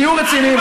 סמוטריץ,